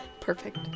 perfect